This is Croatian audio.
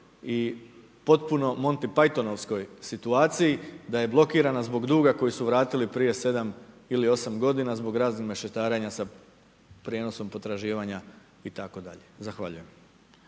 i potpuno Monty Paythonovskoj situaciji da je blokirana zbog duga koji su vratili prije 7 ili 8 godina zbog raznih mešetarenja sa prijenosom potraživanja itd. Zahvaljujem.